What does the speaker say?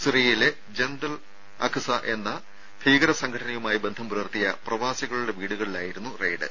സിറിയയിലെ Jund al Aqsa എന്ന ഭീകര സംഘടനയുമായി ബന്ധം പുലർത്തിയ പ്രവാസികളുടെ വീടുകളിലായിരുന്നു റെയ്ഡ്